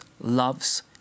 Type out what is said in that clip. loves